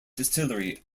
distillery